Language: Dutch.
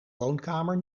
woonkamer